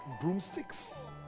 broomsticks